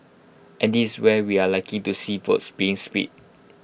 and this where we are likely to see votes being split